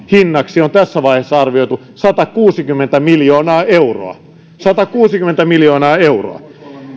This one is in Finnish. hinnaksi on tässä vaiheessa arvioitu satakuusikymmentä miljoonaa euroa satakuusikymmentä miljoonaa euroa